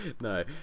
no